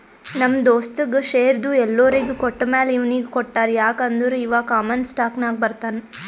ನಮ್ ದೋಸ್ತಗ್ ಶೇರ್ದು ಎಲ್ಲೊರಿಗ್ ಕೊಟ್ಟಮ್ಯಾಲ ಇವ್ನಿಗ್ ಕೊಟ್ಟಾರ್ ಯಾಕ್ ಅಂದುರ್ ಇವಾ ಕಾಮನ್ ಸ್ಟಾಕ್ನಾಗ್ ಬರ್ತಾನ್